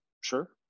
sure